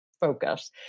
focus